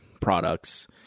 products